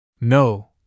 No